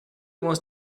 wants